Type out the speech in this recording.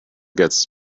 gets